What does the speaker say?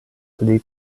pli